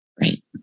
Right